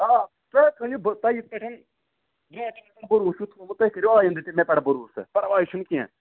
آ تُہۍ ہے کٕنِو بہٕ تۅہہِ یِتھٕ پٲٹھۍ تۅہہِ ہے مےٚ پٮ۪ٹھ بُروس چھُو تھوٚومُت تُہۍ کٔرِو آینٛدٕ تہِ مےٚ پٮ۪ٹھ بروسہٕ پَرواے چھُ نہٕ کینٛہہ